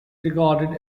regarded